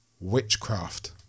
Witchcraft